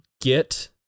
Get